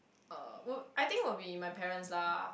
uh will I think will be my parents lah